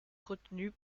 retenus